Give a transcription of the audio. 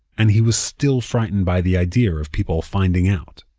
and he was still frightened by the idea of people finding out.